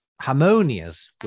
harmonious